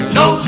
no